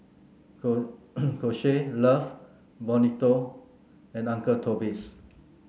Kose Love Bonito and Uncle Toby's